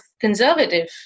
conservative